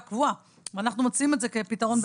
קבועה ואנחנו מציעים את זה כפתרון בינתיים.